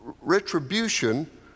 retribution